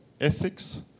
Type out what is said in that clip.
ethics